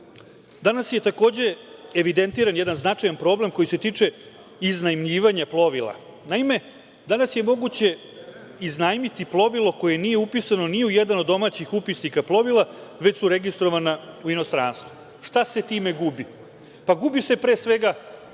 bavi. Danas je evidentiran jedan značajan problem koji se tiče iznajmljivanja plovila. Naime, danas je moguće iznajmiti plovilo koje nije upisano ni u jedan od domaćih upisnika plovila, već su registrovana u inostranstvo. Šta se time gubi? Pa, gubi se pre svega